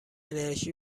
انِرژی